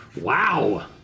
Wow